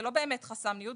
זה לא באמת חסם ניוד,